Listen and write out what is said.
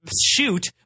shoot